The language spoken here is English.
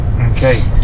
Okay